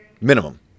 minimum